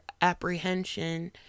apprehension